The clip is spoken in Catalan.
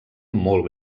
molt